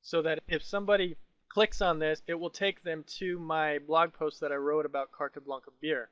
so that if somebody clicks on this, it will take them to my blog post that i wrote about carta blanca beer.